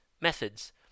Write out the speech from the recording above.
methods